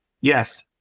Yes